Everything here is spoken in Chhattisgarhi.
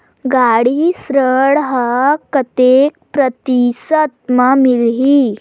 गाड़ी ऋण ह कतेक प्रतिशत म मिलही?